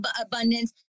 abundance